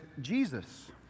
Jesus